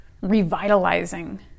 revitalizing